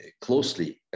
closely